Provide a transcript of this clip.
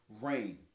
rain